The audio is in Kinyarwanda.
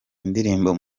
indirimbo